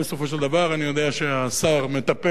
אני יודע שהשר מטפל בנושא הזה,